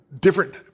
different